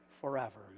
forever